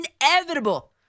inevitable